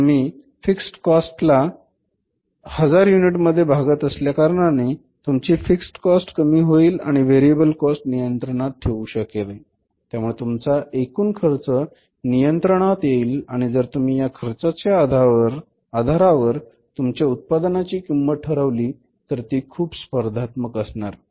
आता तुम्ही fix cost ला 1000 युनिटमध्ये भागत असल्याकारणाने तुमची फिक्स कॉस्ट कमी होईल आणि व्हेरिएबल कॉस्ट नियंत्रणात ठेवता येऊ शकते त्यामुळे तुमचा एकूण खर्च नियंत्रणात येईल आणि जर तुम्ही या खर्चाच्या आधारावर तुमच्या उत्पादनाची किंमत ठरवली तर ती खूप स्पर्धात्मक असणार